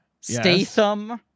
Statham